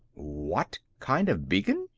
what kind of beacon?